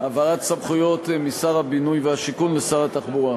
העברת סמכויות משר הבינוי והשיכון לשר התחבורה.